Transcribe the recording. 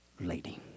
lady